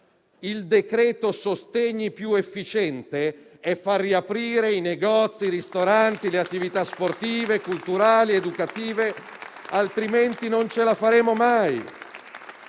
Il decreto sostegni più efficiente è far riaprire i negozi, i ristoranti e le attività sportive, culturali ed educative, altrimenti non ce la faremo mai.